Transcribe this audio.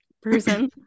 person